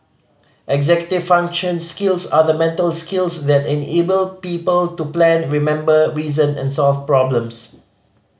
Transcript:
executive function skills are the mental skills that enable people to plan remember reason and solve problems